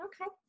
Okay